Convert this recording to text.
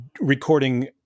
recording